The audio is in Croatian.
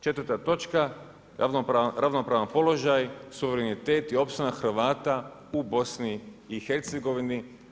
Četvrta točka, ravnopravan položaj, suverenitet i opstanak Hrvata u BiH-a.